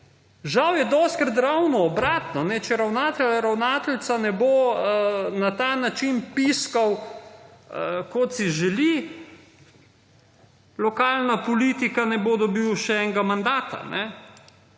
Žal je dostikrat ravno obratno. Če ravnatelj, ravnateljica ne bo na ta način piskal kot si želi, lokalna politika, ne bo dobil še enega mandata.